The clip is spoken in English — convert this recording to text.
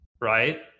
right